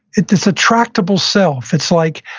it's it's a tractable self. it's like,